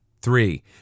Three